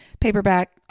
paperback